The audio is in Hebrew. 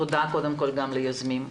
תודה קודם כול ליוזמים.